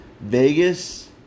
Vegas